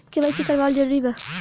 KYC करवावल जरूरी बा?